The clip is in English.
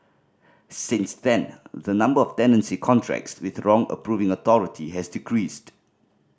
since then the number of tenancy contracts with wrong approving authority has decreased